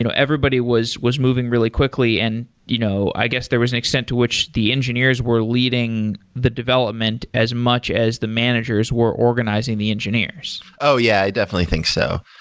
you know everybody was was moving really quickly and you know i guess, there was an extent to which the engineers were leading the development as much as the managers were organizing the engineers. oh, yeah. i definitely think so.